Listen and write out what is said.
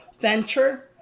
venture